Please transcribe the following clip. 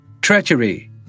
Treachery